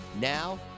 Now